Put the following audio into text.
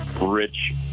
rich